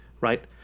right